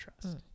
trust